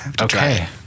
okay